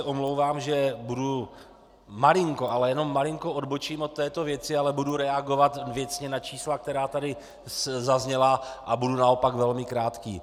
Omlouvám se, že budu malinko, ale jenom malinko odbočím od této věci ale budu reagovat věcně na čísla, která tady zazněla, a budu naopak velmi krátký.